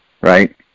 right